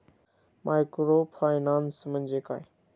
Microfinance म्हणजे काय?